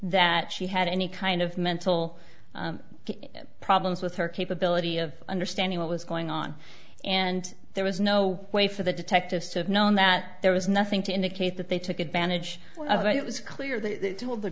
that she had any kind of mental problems with her capability of understanding what was going on and there was no way for the detectives to have known that there was nothing to indicate that they took advantage of it was clear they told the